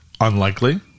unlikely